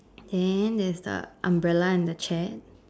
then there's a umbrella and the chair